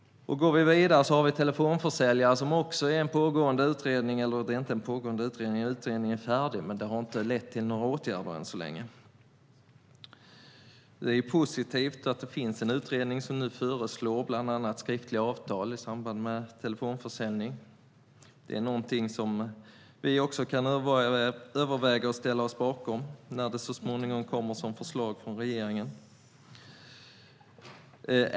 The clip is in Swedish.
Utredningen om telefonförsäljare är färdig, men den har inte lett till några åtgärder ännu. Det är positivt att utredningen föreslår bland annat skriftliga avtal i samband med telefonförsäljning. Det kan vi överväga att ställa oss bakom när det så småningom kommer som förslag från regeringen.